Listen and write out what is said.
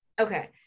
Okay